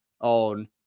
on